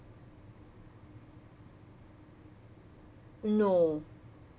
no